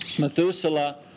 Methuselah